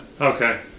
okay